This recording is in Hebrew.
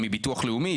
מביטוח לאומי,